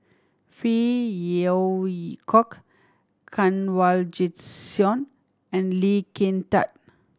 Phey Yew Kok Kanwaljit Soin and Lee Kin Tat